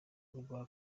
urwa